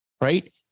right